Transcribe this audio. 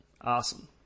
awesome